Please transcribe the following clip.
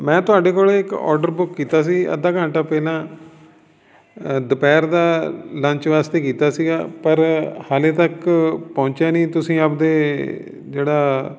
ਮੈਂ ਤੁਹਾਡੇ ਕੋਲ ਇੱਕ ਔਡਰ ਬੁੱਕ ਕੀਤਾ ਸੀ ਅੱਧਾ ਘੰਟਾ ਪਹਿਲਾਂ ਦੁਪਹਿਰ ਦਾ ਲੰਚ ਵਾਸਤੇ ਕੀਤਾ ਸੀਗਾ ਪਰ ਹਾਲੇ ਤੱਕ ਪਹੁੰਚਿਆ ਨਹੀਂ ਤੁਸੀਂ ਆਪਦੇ ਜਿਹੜਾ